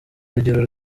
rugero